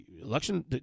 election